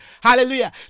hallelujah